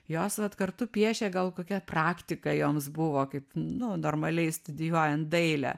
jos vat kartu piešė gal kokia praktika joms buvo kaip nu normaliai studijuojant dailę